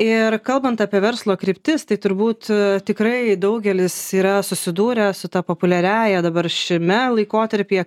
ir kalbant apie verslo kryptis tai turbūt tikrai daugelis yra susidūrę su ta populiariąja dabar šiame laikotarpyje